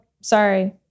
sorry